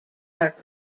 are